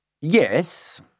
Yes